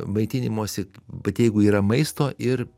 maitinimosi bet jeigu yra maisto ir